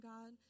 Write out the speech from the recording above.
God